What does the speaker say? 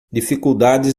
dificuldades